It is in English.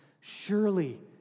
surely